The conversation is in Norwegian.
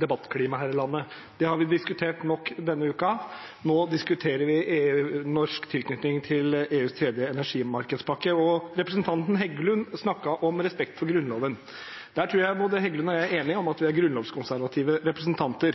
debattklima her i landet. Det har vi diskutert nok denne uken, nå diskuterer vi norsk tilknytning til EUs tredje energimarkedspakke. Representanten Heggelund snakket om respekt for Grunnloven. Jeg tror at Heggelund og jeg er enige om at vi er grunnlovskonservative representanter.